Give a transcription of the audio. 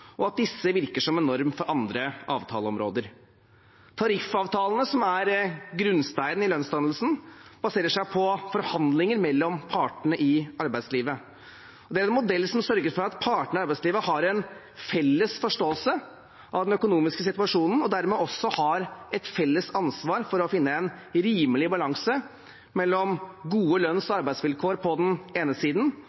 og at disse virker som en norm på andre avtaleområder. Tariffavtalene som er grunnsteinen i lønnsdannelsen, baserer seg på forhandlinger mellom partene i arbeidslivet. Det er en modell som sørger for at partene i arbeidslivet har en felles forståelse av den økonomiske situasjonen, og dermed også har felles ansvar for å finne en rimelig balanse mellom gode lønns- og